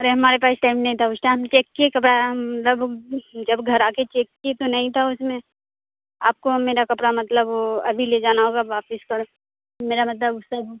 ارے ہمارے پاس ٹائم نہیں تھا اس ٹائم چیک کی کپڑا مطلب جب گھر آ کے چیک کی تو نہیں تھا اس میں آپ کو میرا کپڑا مطلب ابھی لے جانا ہوگا واپس کر میرا مطلب